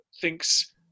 thinks